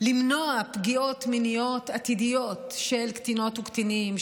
למנוע פגיעות מיניות עתידיות של קטינות וקטינים,